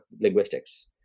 linguistics